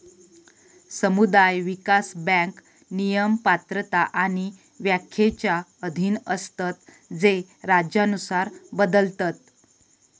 समुदाय विकास बँक नियम, पात्रता आणि व्याख्येच्या अधीन असतत जे राज्यानुसार बदलतत